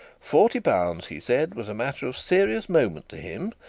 forty pounds, he said, was a matter of serious moment to him,